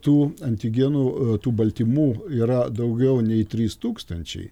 tų antigenų tų baltymų yra daugiau nei trys tūkstančiai